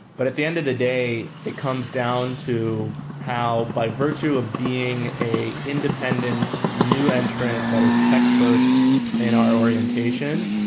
but at the end of the day, it comes down to how, by virtue of being an independent new entrant that is tech first in our orientation,